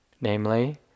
namely